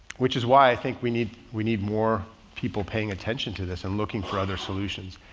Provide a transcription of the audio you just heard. which is why i think we need, we need more people paying attention to this and looking for other solutions.